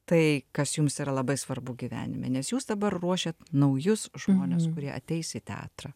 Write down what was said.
tai kas jums yra labai svarbu gyvenime nes jūs dabar ruošiat naujus žmones kurie ateis į teatrą